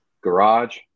garage